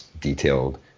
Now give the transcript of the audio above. detailed